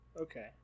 okay